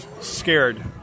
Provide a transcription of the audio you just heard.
scared